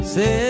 Say